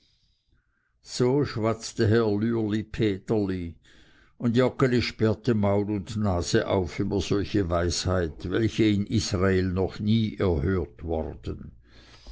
so schwatzte herr lürlipeterli und joggeli sperrte maul und nase auf über solche weisheit welche in israel noch nie erhört worden